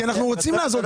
כי אנחנו רוצים לעזור,